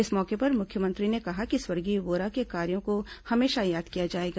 इस मौके पर मुख्यमंत्री ने कहा कि स्वर्गीय वोरा के कार्यो को हमेशा याद किया जाएगा